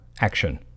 action